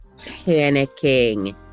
panicking